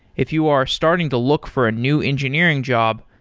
if you are starting to look for a new engineering job,